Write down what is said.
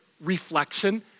reflection